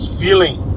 feeling